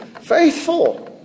faithful